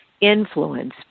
influence